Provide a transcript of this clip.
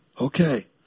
Okay